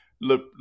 look